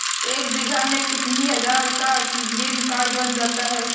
एक बीघा में कितनी हज़ार का ग्रीनकार्ड बन जाता है?